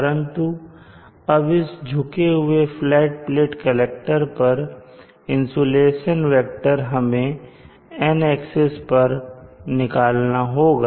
परंतु अब इस झुके हुए फ्लैट प्लेट कलेक्टर पर इंसुलेशन वेक्टर हमें N एक्सिस पर निकालना होगा